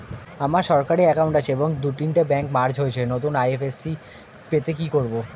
আমার সরকারি একাউন্ট আছে এবং দু তিনটে ব্যাংক মার্জ হয়েছে, নতুন আই.এফ.এস.সি পেতে কি করব?